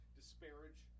disparage